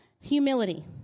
Humility